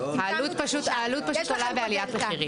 העלות פשוט עולה בעליית מחירים.